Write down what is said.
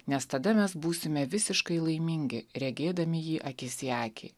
nes tada mes būsime visiškai laimingi regėdami jį akis į akį